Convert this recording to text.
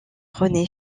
rené